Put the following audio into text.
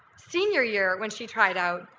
senior year when she tried out,